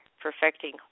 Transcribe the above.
perfecting